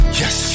yes